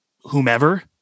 whomever